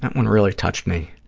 that one really touched me,